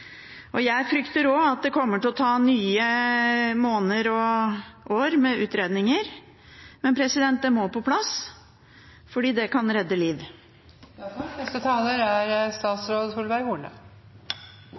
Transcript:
voldsalarm. Jeg frykter også at det kommer til å ta nye måneder og år med utredninger, men det må på plass, for det kan redde liv. Jeg skal ikke dra ut debatten, jeg har bare lyst til å si takk